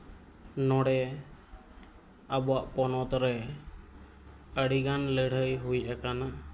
ᱱᱚᱰᱮ ᱟᱵᱚᱣᱟᱜ ᱯᱚᱱᱚᱛ ᱨᱮ ᱟᱹᱰᱤ ᱜᱟᱱ ᱞᱟᱹᱲᱦᱟᱹᱭ ᱦᱩᱭ ᱟᱠᱟᱱᱟ